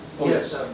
yes